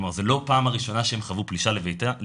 כלומר זו לא הפעם הראשונה שהם חוו פלישה לבתים.